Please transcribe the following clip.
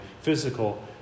physical